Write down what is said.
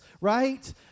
right